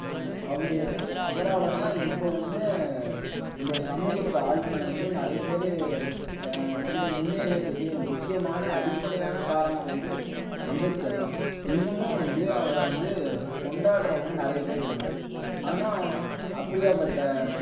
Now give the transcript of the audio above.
அவர் அவரால் தான் இப்போ வந்து அந்த சமூகத்தாளுங்களை வந்து நிறைய பேர் என்னது முன்னேறுகிறதுக்கு முக்கியமான அடிப்படையான காரணம் வந்து அம்பேத்கர் தான் இன்னமும் வந்து அவரை வந்து கொண்டாடுறவங்க வந்து நிறைய பேர் இருக்காங்க ஆனால் அப்படியாபட்ட